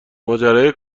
ماجرای